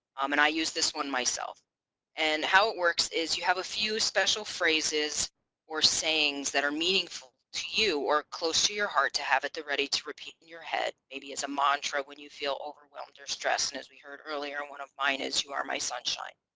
um and i use this one myself and how it works is you have a few special phrases or sayings that are meaningful to you or close to your heart to have it they're ready to repeat in your head maybe as a mantra when you feel overwhelmed or stress and as we heard earlier and one of mine is you are my sunshine.